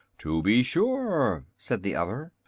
to be sure, said the other.